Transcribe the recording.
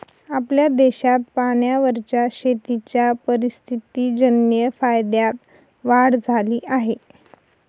आपल्या देशात पाण्यावरच्या शेतीच्या परिस्थितीजन्य फायद्यात वाढ झाली आहे